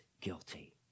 guilty